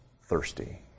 thirsty